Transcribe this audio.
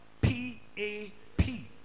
P-A-P